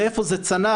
לאיפה זה צנח,